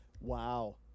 Wow